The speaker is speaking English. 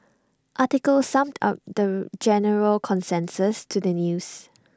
article summed up the general consensus to the news